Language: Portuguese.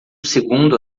segundo